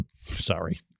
Sorry